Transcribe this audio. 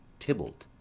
tybalt,